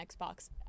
xbox